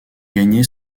gagner